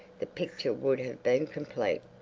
the picture would have been complete.